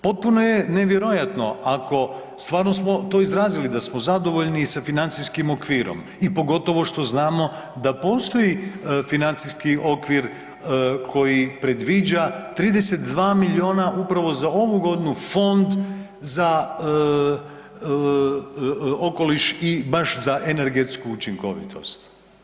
Potpuno je nevjerojatno ako stvarno smo to izrazili da smo zadovoljni i sa financijskim okvirom, i pogotovo što znamo da postoji financijski okvir koji predviđa 32 milijuna upravo za ovu godinu Fond za okoliš i baš za energetsku učinkovitost.